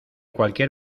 cualquier